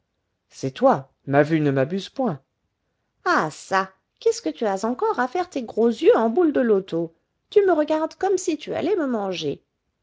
c'est toi ma vue ne m'abuse point ah çà qu'est-ce que tu as encore à faire tes gros yeux en boules de loto tu me regardes comme si tu allais me manger